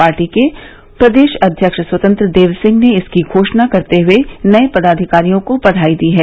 पाटी के प्रदेश अध्यक्ष स्वतंत्र देव सिंह ने इसकी घोषणा करते हुए नये पदाधिकारियों को बधाई दी है